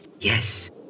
Yes